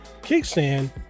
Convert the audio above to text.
kickstand